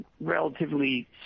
relatively